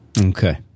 okay